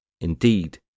Indeed